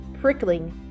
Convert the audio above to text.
prickling